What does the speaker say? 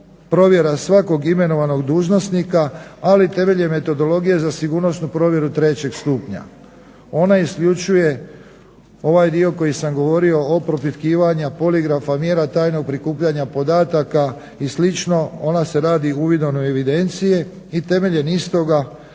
provjera svakog imenovanog dužnosnika, ali temeljem metodologije za sigurnosnu provjeru trećeg stupnja. Ona isključuje ovaj dio koji sam govorio o propitkivanju, poligrafu, mjera tajnog prikupljanja podataka i slično. Ona se radi uvidom u evidencije i temeljem istoga